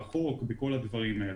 בחוק ובכל הדברים האלה.